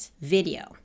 video